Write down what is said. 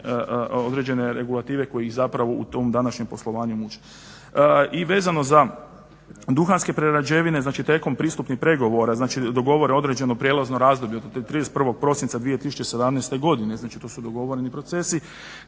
određene regulative koje ih zapravo u današnjem poslovanju muče. I vezano za duhanske prerađevine, znači tijekom pristupnih pregovora znači dogovore određeno prijelazno razdoblje od 31. prosinca 2017. godine, znači to su dogovoreni procesi